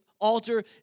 altar